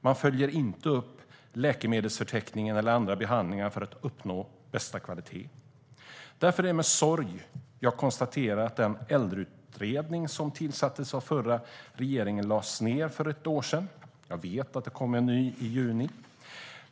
Man följer inte upp läkemedelsförteckningar eller behandlingar för att uppnå bästa kvalitet. Därför är det med sorg som jag konstaterar att den äldreutredning som tillsattes av den förra regeringen lades ned för ett år sedan. Jag vet att det kom en ny i juni.